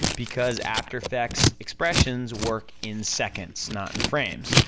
because after effects expressions work in seconds, not in frames,